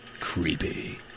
Creepy